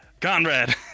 Conrad